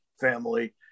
family